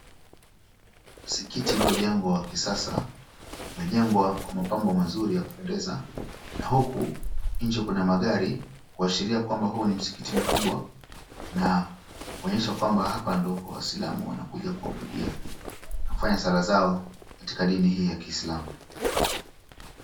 Msikiti uliyojengwa wa kisasa, umejengwa kwa mapambo mazuri ya kupendeza na huku nje kuna magari kuashiria kwamba huu ni msikiti mkubwa na kuonyesha kwamba hapa ndo kwa waislamu wanakuja kuabudia na kufanya sala zao katika dini hii ya kislamu.